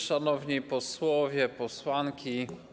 Szanowni Posłowie i Posłanki!